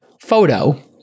photo